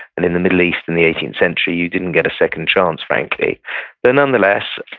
and in the middle east in the eighteenth century, you didn't get a second chance frankly but nonetheless,